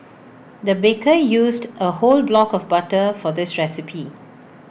the baker used A whole block of butter for this recipe